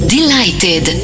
Delighted